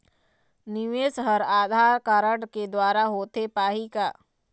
निवेश हर आधार कारड के द्वारा होथे पाही का?